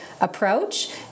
approach